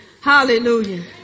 Hallelujah